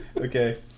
Okay